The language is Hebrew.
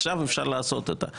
עכשיו אפשר לעשות זאת.